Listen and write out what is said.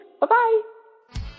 bye-bye